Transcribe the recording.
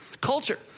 Culture